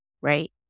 right